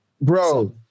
Bro